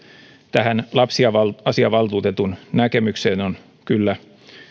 tähän lapsi asiavaltuutetun näkemykseen on kyllä